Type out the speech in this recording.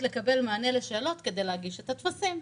לקבל מענה לשאלות כדי להגיש את הטפסים.